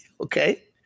okay